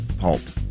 halt